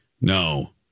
no